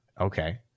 Okay